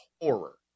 horror